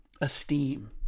esteem